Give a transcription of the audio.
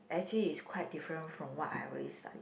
actually is quite different from what I already study